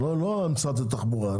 לא משרד התחבורה,